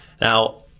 Now